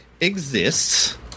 exists